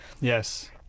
Yes